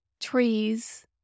Trees